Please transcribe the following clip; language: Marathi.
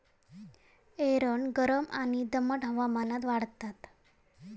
एरंड गरम आणि दमट हवामानात वाढता